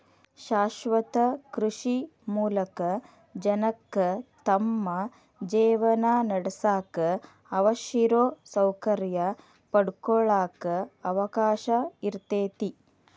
ಶಾಶ್ವತ ಕೃಷಿ ಮೂಲಕ ಜನಕ್ಕ ತಮ್ಮ ಜೇವನಾನಡ್ಸಾಕ ಅವಶ್ಯಿರೋ ಸೌಕರ್ಯ ಪಡ್ಕೊಳಾಕ ಅವಕಾಶ ಇರ್ತೇತಿ